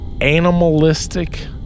animalistic